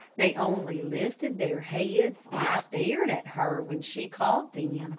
they only lifted their heads and stared at her when she called them.